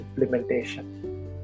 implementation